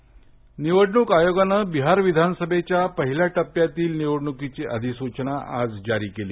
बिहार निवडणूक आयोगान बिहार विधान सभेच्या पहिल्या टप्प्यातील निवडणुकीची अधिसूचना आज जारी केली